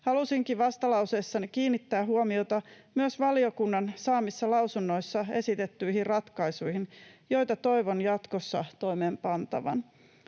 Halusinkin vastalauseessani kiinnittää huomiota myös valiokunnan saamissa lausunnoissa esitettyihin ratkaisuihin, joita toivon jatkossa toimeenpantavan.